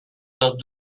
tot